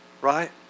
Right